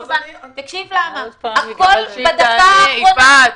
הכול בדקה האחרונה.